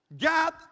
God